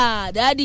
daddy